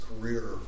career